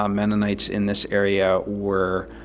um mennonites in this area were